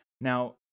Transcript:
Now